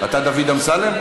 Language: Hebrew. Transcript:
אתה דוד אמסלם?